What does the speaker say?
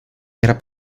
era